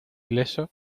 ileso